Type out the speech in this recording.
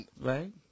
Right